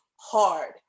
Hard